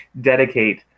dedicate